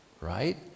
right